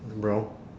brown